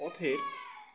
পথে